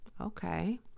okay